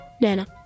Nana